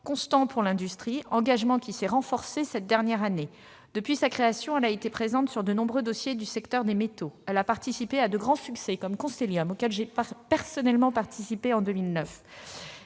constant pour l'industrie, qui s'est renforcé cette dernière année. Depuis sa création, elle a été présente sur de nombreux dossiers du secteur des métaux. Elle a été associée à de grands succès, comme Constellium, auquel j'ai personnellement participé en 2009.